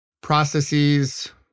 processes